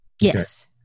Yes